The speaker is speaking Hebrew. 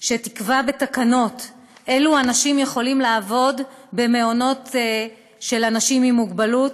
שתקבע בתקנות אילו אנשים יכולים לעבוד במעונות של אנשים עם מוגבלות.